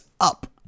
up